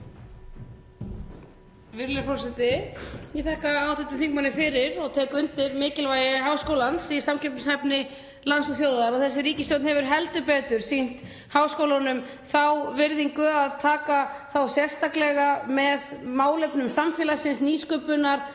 Virðulegi forseti. Ég þakka hv. þingmanni fyrir og tek undir mikilvægi háskólans í samkeppnishæfni lands og þjóðar. Þessi ríkisstjórn hefur heldur betur sýnt háskólunum þá virðingu að taka þá sérstaklega með í málefnum samfélagsins, í nýsköpun,